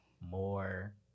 more